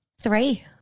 Three